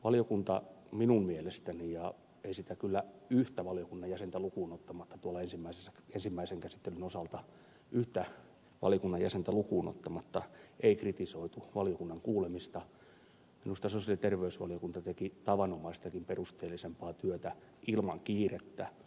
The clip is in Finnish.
valiokunta minun mielestäni eikä ensimmäisessä käsittelyssä yhtä valiokunnan jäsentä lukuunottamatta tuhlaisimmässä ensimmäisen käsittelyn osalta mitä oli tulla jäsentä lukuun ottamatta kritisoitu valiokunnan kuulemista minusta sosiaali ja terveysvaliokunta teki tavanomaistakin perusteellisempaa työtä ilman kiirettä